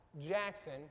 Jackson